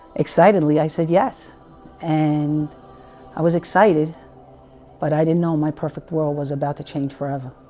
excitedly i said, yes and i was excited but i didn't know, my perfect, world was about to change forever